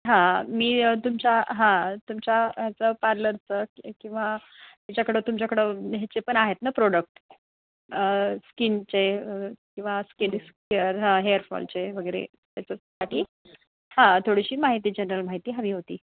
हां मी तुमच्या हां तुमच्या ह्याचं पार्लरचं किंवा याच्याकडं तुमच्याकडं ह्याचे पण आहेत ना प्रोडक्ट स्किनचे किंवा स्किनस्केअर हेअरफॉलचे वगैरे त्याच्यासाठी हां थोडीशी माहिती जनरल माहिती हवी होती